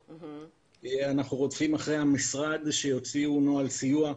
אנחנו רודפים אחרי המשרד שיוציאו נוהל סיוע.